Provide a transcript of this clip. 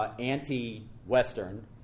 anti-Western